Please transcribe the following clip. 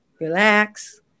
relax